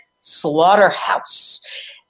slaughterhouse